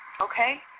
Okay